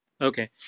Okay